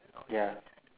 ya